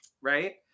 right